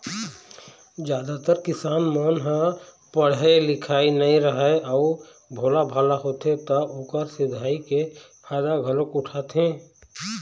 जादातर किसान मन ह पड़हे लिखे नइ राहय अउ भोलाभाला होथे त ओखर सिधई के फायदा घलोक उठाथें